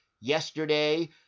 yesterday